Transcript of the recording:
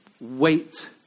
wait